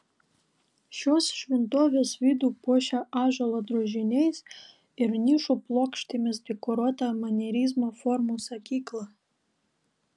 šios šventovės vidų puošia ąžuolo drožiniais ir nišų plokštėmis dekoruota manierizmo formų sakykla